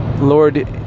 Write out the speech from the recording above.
Lord